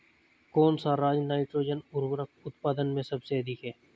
कौन सा राज नाइट्रोजन उर्वरक उत्पादन में सबसे अधिक है?